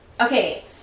okay